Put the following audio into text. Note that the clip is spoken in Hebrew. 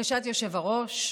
לבקשת היושב-ראש,